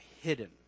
hidden